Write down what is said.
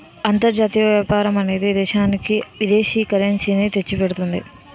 అంతర్జాతీయ వ్యాపారం అనేది దేశానికి విదేశీ కరెన్సీ ని తెచ్చిపెడుతుంది